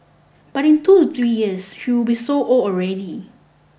but in two to three years she will be so old already